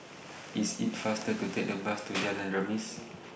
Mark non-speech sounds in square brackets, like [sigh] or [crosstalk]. IT IS faster to Take The Bus to [noise] Jalan Remis